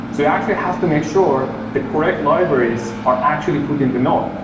so actually have to make sure the correct libraries are actually put in the node,